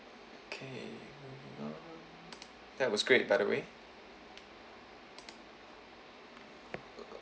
okay hold on that was great by the way